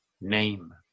name